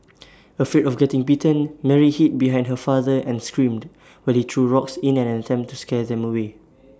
afraid of getting bitten Mary hid behind her father and screamed while he threw rocks in an attempt to scare them away